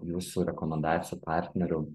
jūsų rekomendacijų partnerių